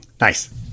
Nice